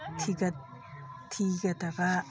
ꯊꯤꯒꯗꯕ